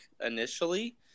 initially